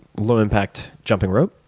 low impact jumping rope,